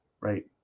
right